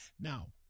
now